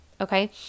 okay